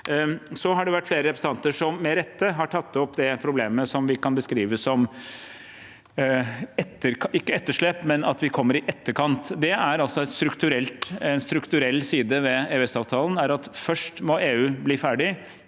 det også sagt. Flere representanter har med rette tatt opp det problemet som vi ikke kan beskrive som etterslep, men at vi kommer i etterkant. En strukturell side ved EØS-avtalen er at først må EU blir ferdig,